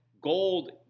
gold